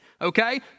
Okay